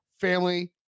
family